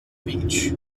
beach